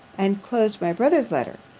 i enclose my brother's letter.